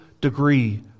degree